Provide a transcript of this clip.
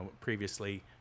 previously